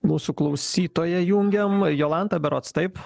mūsų klausytoją jungiam jolanta berods taip